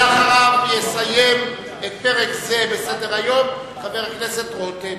ואחריו יסיים את פרק זה בסדר-היום חבר הכנסת רותם.